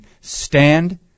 stand